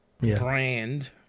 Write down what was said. ...brand